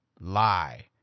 lie